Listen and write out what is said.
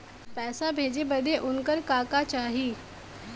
पैसा भेजे बदे उनकर का का चाही?